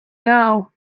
now